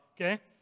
okay